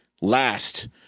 last